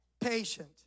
patient